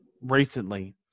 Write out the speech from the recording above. recently